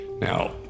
Now